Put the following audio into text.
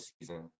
season